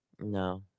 No